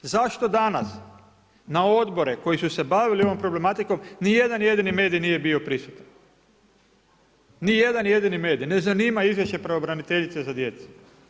Zašto danas na odbore koji su se bavili ovom problematikom ni jedan jedini medij nije bio prisutan, nijedan jedini medij, ne zanima ih izvješće pravobraniteljice za djecu.